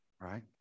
right